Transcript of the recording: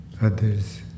others